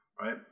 right